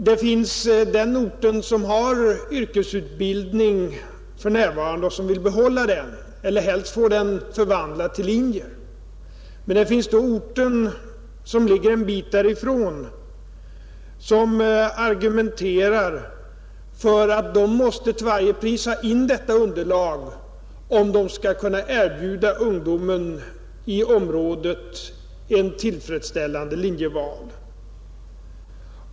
Man har å ena sidan den ort som har yrkesutbildning för närvarande och som vill behålla den eller helst få den förvandlad till linje och å andra sidan den ort som ligger en bit därifrån och som argumenterar för att den orten måste till varje pris ha in detta underlag, om den skall kunna erbjuda ungdomen i området ett tillfredsställande linjeval.